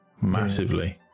massively